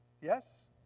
yes